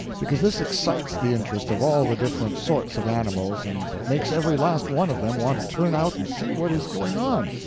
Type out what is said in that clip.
because this excites the interest of all the different sorts of animals and makes every last one of them want to turn out and see what is going on,